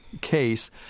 case